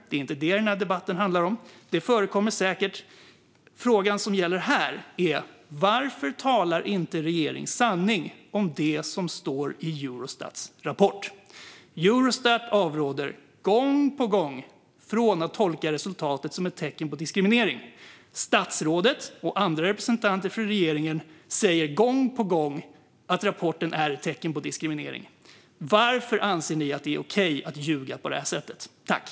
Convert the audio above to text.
Det är inte det som denna debatt handlar om. Det förekommer säkert, men den fråga som gäller här är: Varför talar regeringen inte sanning om det som står i Eurostats rapport? Eurostat avråder gång på gång från att tolka resultatet som ett tecken på diskriminering. Statsrådet och andra representanter för regeringen säger gång på gång att rapportens resultat är ett tecken på diskriminering. Varför anser ni att det är okej att ljuga på detta sätt, Märta Stenevi?